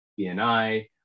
BNI